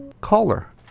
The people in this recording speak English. caller